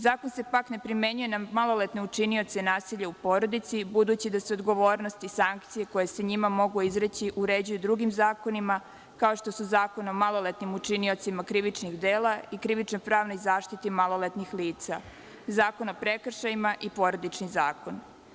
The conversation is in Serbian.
Zakon se pak ne primenjuju na maloletne učinioce nasilja u porodici, budući da su odgovornost i sankcije koje se njima mogu izreći uređuju drugim zakonima kao što su Zakon o maloletnim učiniocima krivičnih dela i krivično pravnoj zaštiti maloletnih lica, Zakon o prekršajima i Porodični zakon.